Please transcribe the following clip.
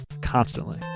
Constantly